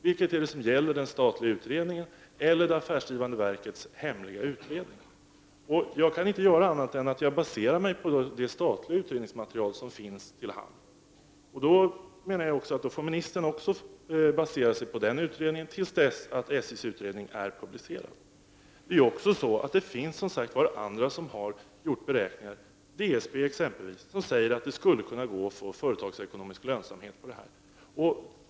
Vilket är det som gäller — den statliga utredningen eller det affärsdrivande verkets hemliga utredning? Jag kan inte göra annat än att basera mig på det statliga utredningsmaterial som finns till hands. Då får kommunikationsministern också basera sina uttalanden på denna utredning tills SJ:s utredning är publicerad. Det finns andra som har gjort beräkningar, exempelvis DSB, som säger att det skulle kunna gå att få företagsekonomisk lönsamhet.